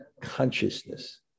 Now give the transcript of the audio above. consciousness